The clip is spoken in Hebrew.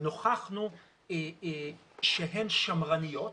נוכחנו שהן שמרניות,